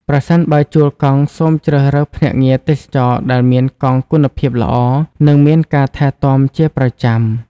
ប្រសិនបើជួលកង់ សូមជ្រើសរើសភ្នាក់ងារទេសចរណ៍ដែលមានកង់គុណភាពល្អ និងមានការថែទាំជាប្រចាំ។